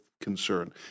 concern